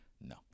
no